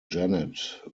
janet